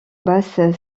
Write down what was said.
basse